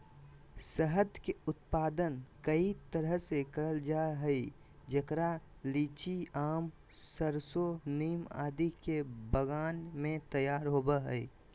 शहद के उत्पादन कई तरह से करल जा हई, जेकरा लीची, आम, सरसो, नीम आदि के बगान मे तैयार होव हई